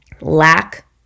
lack